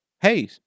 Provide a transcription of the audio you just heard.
hey